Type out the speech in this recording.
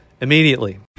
immediately